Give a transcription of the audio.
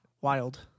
Wild